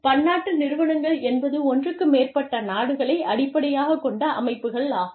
பன்னாட்டு நிறுவனங்கள் என்பது ஒன்றுக்கு மேற்பட்ட நாடுகளை அடிப்படையாகக் கொண்ட அமைப்புகளாகும்